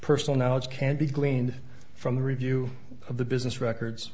personal knowledge can be gleaned from the review of the business records